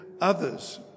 others